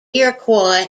iroquois